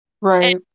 Right